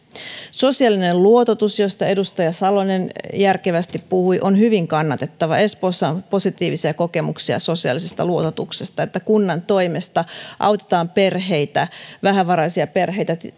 sosiaalinen luototus josta edustaja salonen järkevästi puhui on hyvin kannatettava espoossa on positiivisia kokemuksia sosiaalisesta luototuksesta niin että kunnan toimesta autetaan perheitä vähävaraisia perheitä